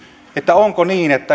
onko